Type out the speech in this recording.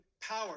power